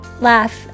laugh